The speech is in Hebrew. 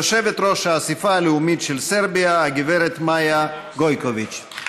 יושבת-ראש האספה הלאומית של סרביה הגברת מאיה גויקוביץ'.